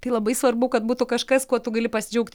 tai labai svarbu kad būtų kažkas kuo tu gali pasidžiaugti